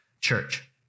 church